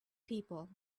people